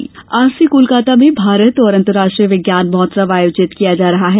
विज्ञान उत्सव आज से कोलकाता में भारत अंतर्राष्ट्रीय विज्ञान महोत्सव आयोजित किया जा रहा है